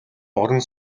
орон